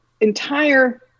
entire